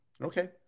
okay